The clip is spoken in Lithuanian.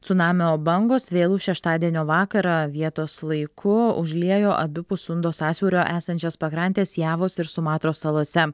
cunamio bangos vėlų šeštadienio vakarą vietos laiku užliejo abipus sundo sąsiaurio esančias pakrantes javos ir sumatros salose